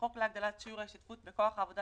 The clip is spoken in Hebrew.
בחוק להגדלת שיעור ההשתתפות בכוח העבודה